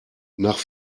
nach